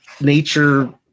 nature